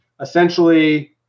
essentially